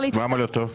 למה לא טוב?